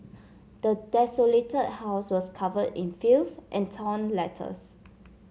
the desolated house was covered in filth and torn letters